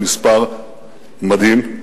מספר מדהים.